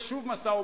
יש שוב משא-ומתן.